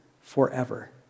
forever